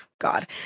God